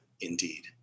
indeed